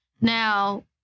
Now